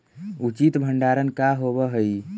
उचित भंडारण का होव हइ?